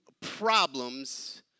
problems